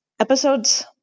episodes